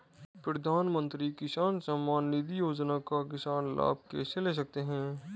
प्रधानमंत्री किसान सम्मान निधि योजना का किसान लाभ कैसे ले सकते हैं?